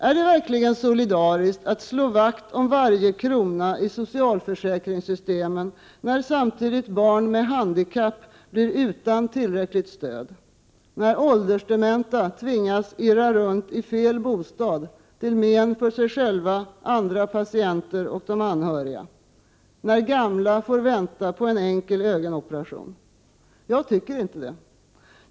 Är det verkligen solidaritet att slå vakt om varje krona i socialförsäkringssystemen, när samtidigt barn med handikapp blir utan tillräckligt stöd och när åldersdementa tvingas irra runt i fel bostad till men för sig själva, andra patienter och anhöriga? Är det verkligen solidaritet när gamla får vänta på en enkel ögonoperation? Jag tycker inte det.